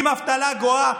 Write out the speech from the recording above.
עם אבטלה גואה.